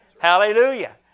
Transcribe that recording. Hallelujah